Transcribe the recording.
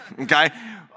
okay